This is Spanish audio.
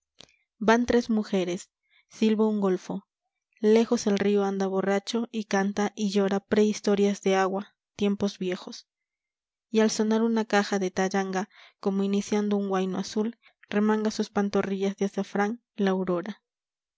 van tres mujeres silba un golfo lejos el río anda borracho y canta y llora prehistorias de agua tiempos viejos y al sonar una caja de tayanga como iniciando un huaino azul remanga sus pantorillas de azafrán la